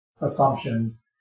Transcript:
assumptions